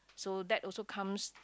so that also comes